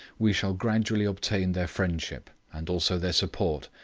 we shall gradually obtain their friendship, and also their support,